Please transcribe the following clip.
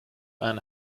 ann